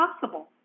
possible